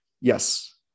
Yes